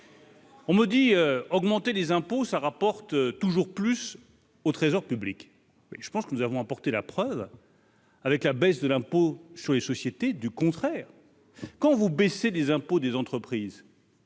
On me dit : augmenter les impôts, ça rapporte toujours plus au trésor public, je pense que nous avons apporté la preuve. Avec la baisse de l'impôt sur les sociétés du contraire quand vous baissez les impôts des entreprises.